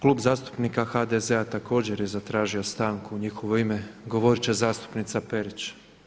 Klub zastupnika HDZ-a također je tražio stanku i u njihovo ime govorit će zastupnica Perić.